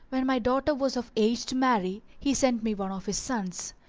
when my daughter was of age to marry, he sent me one of his sons,